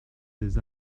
des